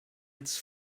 its